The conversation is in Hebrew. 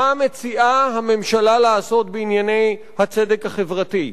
מה מציעה הממשלה לעשות בענייני הצדק החברתי?